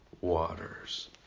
waters